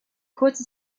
kurze